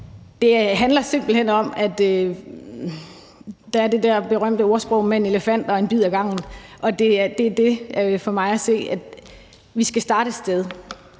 Det handler simpelt hen om det berømte ordsprog med en elefant og en bid ad gangen. Det er det, det for mig at se handler om. Vi skal starte et sted.